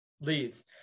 leads